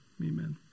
amen